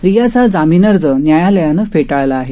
रियाचा जमीन अर्ज न्यायालयानं फेटाळला आहे